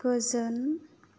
गोजोन